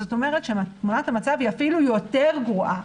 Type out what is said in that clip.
זה אומר שתמונת המצב היא אפילו יותר גרועה.